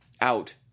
out